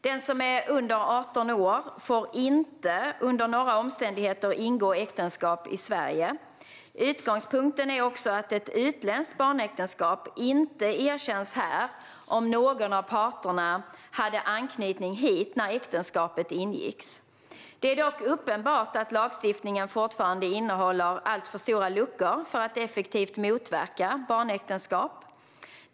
Den som är under 18 år får inte under några omständigheter ingå äktenskap i Sverige. Utgångspunkten är också att ett utländskt barnäktenskap inte erkänns här om någon av parterna hade anknytning hit när äktenskapet ingicks. Det är dock uppenbart att lagstiftningen fortfarande innehåller alltför stora luckor för att effektivt motverka barnäktenskap.